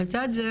לצד זה,